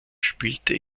spielte